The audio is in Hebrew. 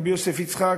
רבי יוסף יצחק.